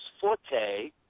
forte